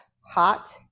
hot